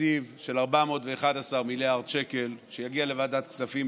תקציב של 411 מיליארד שקל שיגיע לוועדת הכספים,